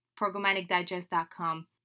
programmaticdigest.com